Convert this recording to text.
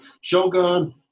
Shogun